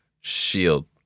shield